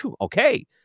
okay